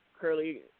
Curly